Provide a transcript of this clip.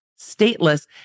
stateless